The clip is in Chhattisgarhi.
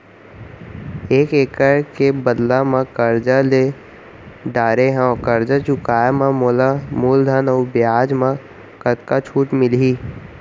एक एक्कड़ के बदला म करजा ले डारे हव, करजा चुकाए म मोला मूलधन अऊ बियाज म कतका छूट मिलही?